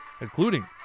including